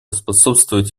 способствовать